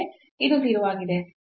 ಇದು 0 ಆಗಿದೆ